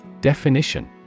Definition